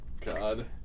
God